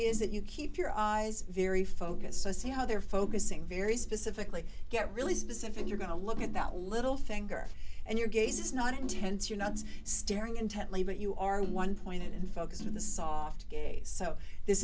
is that you keep your eyes very focused so see how they're focusing very specifically get really specific you're going to look at that little finger and your gaze is not intense you're not staring intently but you are one point in focus in the soft gaze so this